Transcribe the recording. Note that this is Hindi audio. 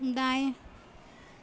दाएँ